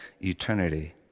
eternity